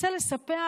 רוצה לספח?